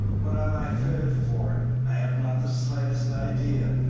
what am i fitted for? i have not the slightest idea.